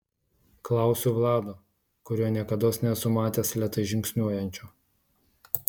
klausiu vlado kurio niekados nesu matęs lėtai žingsniuojančio